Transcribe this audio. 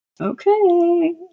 okay